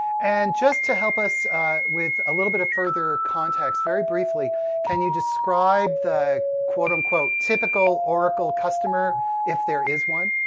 and just to help us with a little bit of further context, very briefly can you describe the um typical oracle customer if there is one.